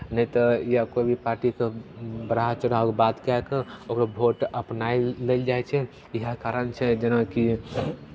नहि तऽ या कोइ भी पार्टीके बढ़ा चढ़ा कऽ बात कए कऽ ओकरो भोट अपनाए लेल जाइ छै इएह कारण छै जेनाकि